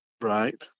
Right